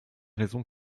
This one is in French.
raisons